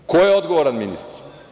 Ko je odgovoran ministar?